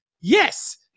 yes